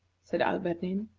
said alberdin.